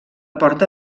porta